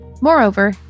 Moreover